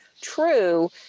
true